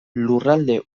lurralde